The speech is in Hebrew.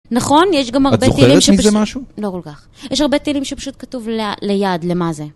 נכון, יש גם הרבה תהילים שפשוט... את זוכרת מזה משהו? לא כל כך. יש הרבה תהילים שפשוט כתוב ליד, למה זה.